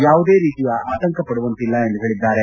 ಯಾವುದೇ ರೀತಿಯ ಆತಂಕಪಡುವಂತಿಲ್ಲ ಎಂದು ಹೇಳಿದ್ದಾರೆ